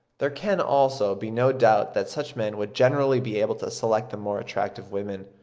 there can, also, be no doubt that such men would generally be able to select the more attractive women.